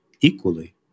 equally